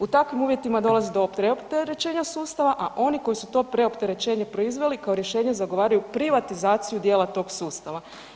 U takvim uvjetima dolazi do preopterećenja sustava, a oni koji su to preopterećenje proizveli kao rješenje zagovaraju privatizaciju dijela tog sustava.